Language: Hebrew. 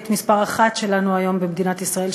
מספר אחת שלנו היום במדינת ישראל,